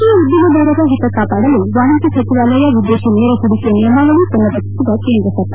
ದೇಶಿಯ ಉದ್ಲಿಮೆದಾರರ ಹಿತಕಾಪಾಡಲು ವಾಣಿಜ್ಯ ಸಚಿವಾಲಯ ವಿದೇಶಿ ನೇರ ಹೂಡಿಕೆ ನಿಯಾಮವಳಿ ಮನರ್ ರಚಿಸಿದ ಕೇಂದ್ರ ಸರ್ಕಾರ